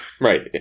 Right